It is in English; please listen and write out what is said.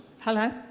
Hello